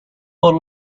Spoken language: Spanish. por